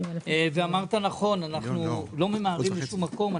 ואמרת נכון: אנחנו לא ממהרים לשום מקום.